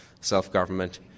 self-government